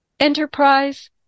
enterprise